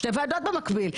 שתי ועדות במקביל,